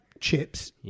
chips